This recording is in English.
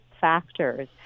factors